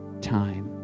time